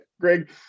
Greg